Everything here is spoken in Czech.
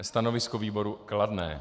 Stanovisko výboru kladné.